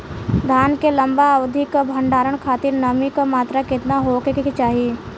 धान के लंबा अवधि क भंडारण खातिर नमी क मात्रा केतना होके के चाही?